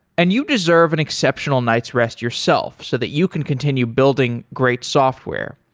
and you deserve an exceptional night's rest yourself so that you can continue building great software.